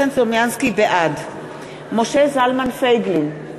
בעד משה זלמן פייגלין,